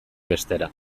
bestera